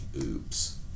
Oops